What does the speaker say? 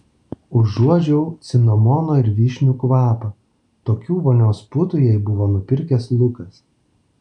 užuodžiau cinamono ir vyšnių kvapą tokių vonios putų jai buvo nupirkęs lukas